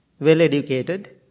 well-educated